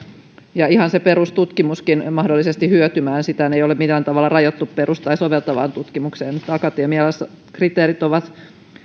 ja ihan se perustutkimuskin pääsevät mahdollisesti hyötymään sitähän ei ole millään tavalla rajattu perus tai soveltavaan tutkimukseen akatemiassa kriteereinä ovat